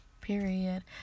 period